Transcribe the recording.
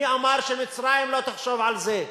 מי אמר שמצרים לא תחשוב על זה?